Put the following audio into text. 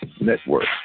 Network